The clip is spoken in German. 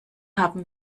haben